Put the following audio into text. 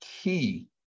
key